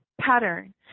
pattern